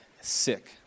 sick